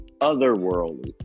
Otherworldly